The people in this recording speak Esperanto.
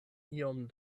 iom